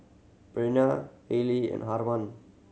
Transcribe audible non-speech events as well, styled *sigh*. Breana Hailee and *unintelligible*